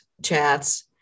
Chats